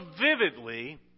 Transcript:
vividly